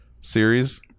series